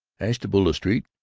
ashtabula street,